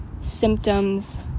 symptoms